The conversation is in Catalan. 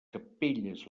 capelles